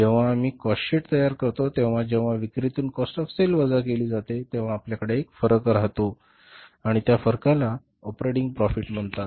जेव्हा आम्ही cost sheet तयार करतो आणि जेव्हा विक्रीतून काॅस्ट ऑफ सेल वजा केली जाते तेव्हा आपल्याकडे एक फरक राहतो आणि त्या फरकाला ऑपरेटिंग प्रॉफिट म्हणतात